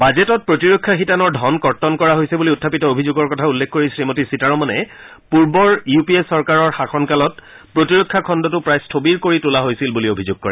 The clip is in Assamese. বাজেটত প্ৰতিৰক্ষা শিতানৰ ধন কৰ্তন কৰা হৈছে বুলি উখাপিত অভিযোগৰ কথা উল্লেখ কৰি শ্ৰীমতী সীতাৰমণে পূৰ্বৰ ইউ পি এ ৰ শাসন কালত প্ৰতিৰক্ষা খণ্ডটো প্ৰায় স্থবিৰ কৰি তোলা হৈছিল বুলি অভিযোগ কৰে